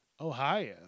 Ohio